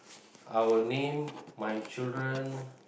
I would name my children